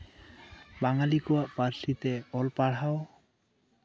ᱵᱟᱝᱟᱞᱤ ᱠᱚᱣᱟᱜ ᱯᱟᱹᱨᱥᱤ ᱛᱮ ᱚᱞ ᱯᱟᱲᱦᱟᱣ